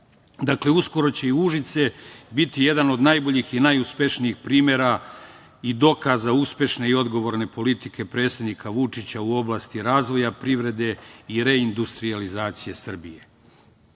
Dakle, uskoro će i Užice biti jedan od najboljih i najuspešnijih primera i dokaza uspešne i odgovorne politike predsednika Vučića u oblasti razvoja privrede i reindustrijalizacije Srbije. Voleli